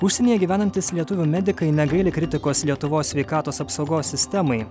užsienyje gyvenantys lietuvių medikai negaili kritikos lietuvos sveikatos apsaugos sistemai